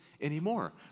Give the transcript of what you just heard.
anymore